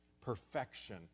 perfection